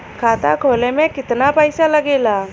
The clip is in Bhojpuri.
खाता खोले में कितना पईसा लगेला?